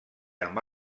amb